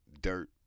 dirt